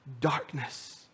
darkness